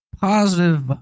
positive